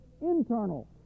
internal